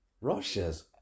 Russia's